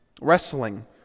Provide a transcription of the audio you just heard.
wrestling